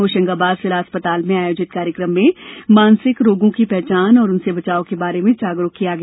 होशंगाबाद जिला चिकित्सालय में आयोजित कार्यक्रम में मानसिक रोगों की पहचान और उनसे बचाव के बारे में जागरूक किया गया